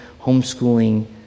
homeschooling